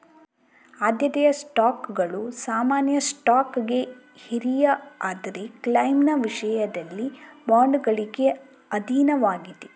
ಆದ್ಯತೆಯ ಸ್ಟಾಕ್ಗಳು ಸಾಮಾನ್ಯ ಸ್ಟಾಕ್ಗೆ ಹಿರಿಯ ಆದರೆ ಕ್ಲೈಮ್ನ ವಿಷಯದಲ್ಲಿ ಬಾಂಡುಗಳಿಗೆ ಅಧೀನವಾಗಿದೆ